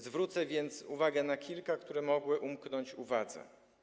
Zwrócę uwagę na kilka, które mogły umknąć uwadze.